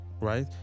right